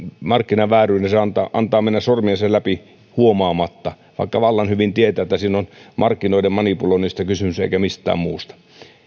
markkinavääryyden se antaa antaa mennä sormiensa läpi huomaamatta vaikka vallan hyvin tietää että siinä on markkinoiden manipuloinnista kysymys eikä mistään muusta